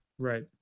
Right